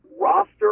roster